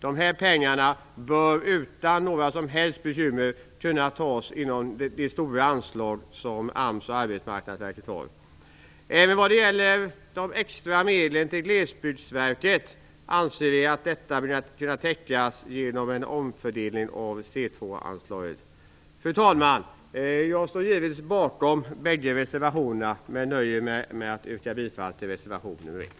De här pengarna bör utan några som helst bekymmer kunna tas inom det stora anslag som AMS och Arbetsmarknadsverket har. Även när det gäller de extra medlen till Glesbygdsverket anser vi att behovet bör kunna täckas genom en omfördelning av C 2-anslaget. Fru talman! Jag står givetvis bakom bägge reservationerna men nöjer mig med att yrka bifall till reservation nr 1.